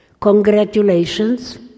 Congratulations